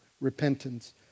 repentance